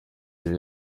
rero